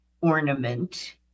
ornament